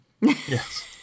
Yes